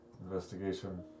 investigation